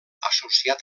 associat